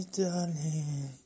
darling